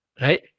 Right